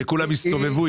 כשכולם הסתובבו,